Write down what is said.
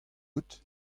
out